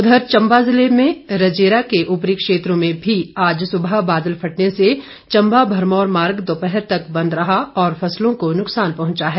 उधर चंबा जिले में रजेरा के उपरी क्षेत्रों में भी आज सुबह बादल फटने से चंबा भरमौर मार्ग दोपहर तक बंद रहा और फसलों को नुकसान पहुंचा है